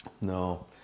No